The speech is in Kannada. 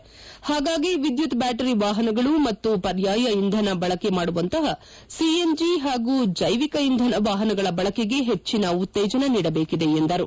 ಪಾಗಾಗಿ ವಿದ್ಯುತ್ ಬ್ಡಾಟರಿ ವಾಹನಗಳು ಹಾಗೂ ಪರ್ಯಾಯ ಇಂಧನ ಬಳಕೆ ಮಾಡುವಂತಹ ಸಿಎನ್ಜಿ ಮತ್ತು ಜೈವಿಕ ಇಂಧನ ವಾಹನಗಳ ಬಳಕೆಗೆ ಹೆಚ್ಚಿನ ಉತ್ತೇಜನ ನೀಡಬೇಕಿದೆ ಎಂದರು